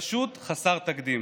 פשוט חסר תקדים.